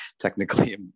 technically